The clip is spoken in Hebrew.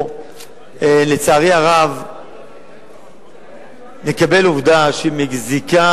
או לצערי הרב נקבל עובדה שהיא מזיקה